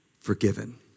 forgiven